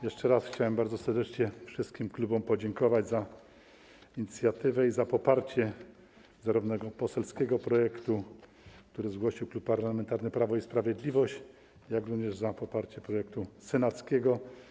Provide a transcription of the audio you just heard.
Jeszcze raz chciałem bardzo serdecznie wszystkim klubom podziękować za inicjatywę i za poparcie zarówno poselskiego projektu, który zgłosił Klub Parlamentarny Prawo i Sprawiedliwość, jak i projektu senackiego.